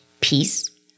peace